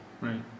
Right